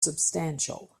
substantial